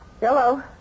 Hello